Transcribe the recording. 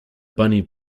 bunny